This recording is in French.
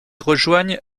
rejoignent